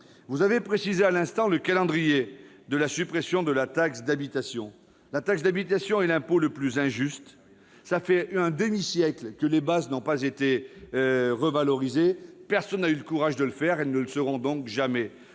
Vous avez précisé à l'instant le calendrier de la suppression de la taxe d'habitation. C'est l'impôt le plus injuste. Cela fait un demi-siècle que les bases n'ont pas été revalorisées, personne n'ayant eu le courage de le faire. Elles ne le seront donc jamais.